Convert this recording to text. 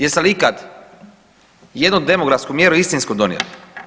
Jeste li ikad ijednu demografsku mjeru istinsku donijeli?